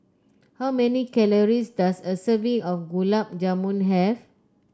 how many calories does a serving of Gulab Jamun have